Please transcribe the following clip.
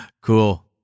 Cool